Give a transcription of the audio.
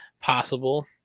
possible